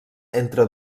entre